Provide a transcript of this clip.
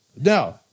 Now